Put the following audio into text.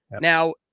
Now